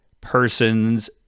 person's